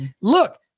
look